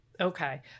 Okay